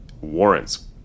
warrants